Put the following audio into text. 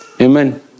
Amen